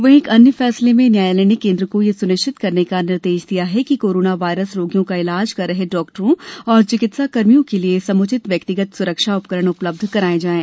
वहीं एक अन्य फैसले में न्यायालय ने केन्द्र को यह सुनिश्चित करने का निर्देश दिया है कि कोरोना वायरस रोगियों का इलाज कर रहे डॉक्टरों और चिकित्सा कर्मियों के लिए समुचित व्यक्तिगत सुरक्षा उपकरण उपलब्ध कराए जाएं